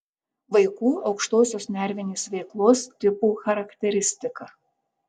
vaikų aukštosios nervinės veiklos tipų charakteristika